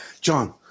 John